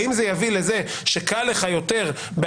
האם זה יביא לכך שיהיה לך קל יותר בהליך